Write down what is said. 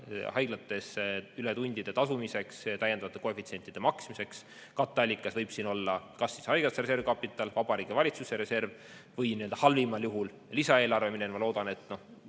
haiglates ületundide eest tasumiseks, täiendavate koefitsientide maksmiseks. Katteallikas võib olla kas haigekassa reservkapital, Vabariigi Valitsuse reserv või halvimal juhul lisaeelarve, kuid, ma loodan, et